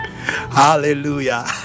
hallelujah